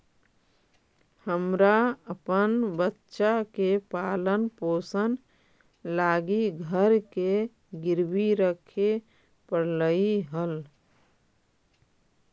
हमरा अपन बच्चा के पालन पोषण लागी घर के गिरवी रखे पड़लई हल